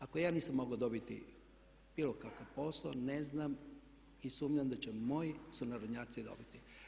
Ako ja nisam mogao dobiti bilo kakav posao ne znam i sumnjam da će moji sunarodnjaci dobiti.